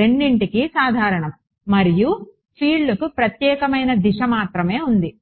రెండింటికీ సాధారణం మరియు ఫీల్డ్కు ప్రత్యేకమైన దిశ మాత్రమే ఉంది